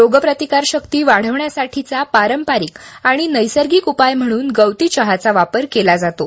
रोग प्रतिकारशकी वाढवण्यासाठीचा पारंपरिक आणि नैसर्गिक उपाय म्हणून गवतीचहाचा यापर केला जातो